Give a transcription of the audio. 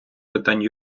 питань